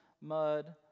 mud